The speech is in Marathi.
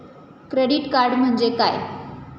क्रेडिट कार्ड म्हणजे काय?